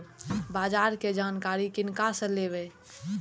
बाजार कै जानकारी किनका से लेवे?